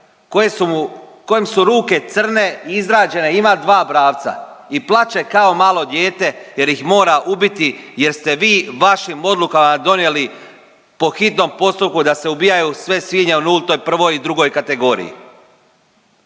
kojem su ruke crne, izrađene i ima dva bravca i plače kao malo dijete jer ih mora ubiti jer ste vi vašim odlukama donijeli po hitnom postupku da se ubijaju sve svinje u nultoj, 1. i 2. kategoriji.